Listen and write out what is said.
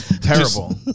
Terrible